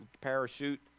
parachute